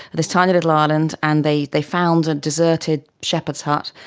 this tiny little ah island and they they found a deserted shepherd's hut,